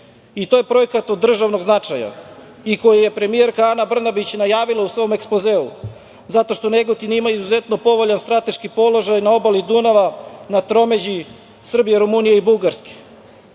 i to je projekat od državnog značaja koji je premijerka Ana Brnabić najavila u svom ekspozeu, zato što Negotin ima izuzetno povoljan strateški položaj na obali Dunava, na tromeđi Srbije, Rumunije i Bugarske. Takođe,